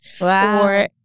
Wow